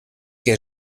que